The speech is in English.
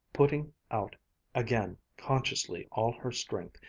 putting out again consciously all her strength,